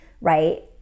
right